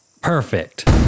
Perfect